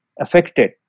affected